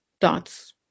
dots